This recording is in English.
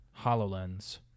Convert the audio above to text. HoloLens